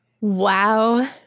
Wow